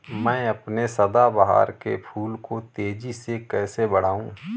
मैं अपने सदाबहार के फूल को तेजी से कैसे बढाऊं?